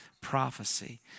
prophecy